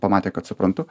pamatė kad suprantu